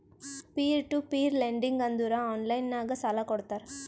peer to peer lending ಅಂದುರ್ online ನಾಗ್ ಸಾಲಾ ಕೊಡ್ತಾರ